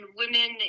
women